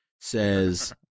says